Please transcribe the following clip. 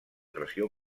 pressió